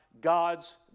God's